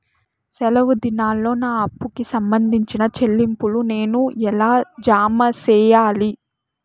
సెలవు దినాల్లో నా అప్పుకి సంబంధించిన చెల్లింపులు నేను ఎలా జామ సెయ్యాలి?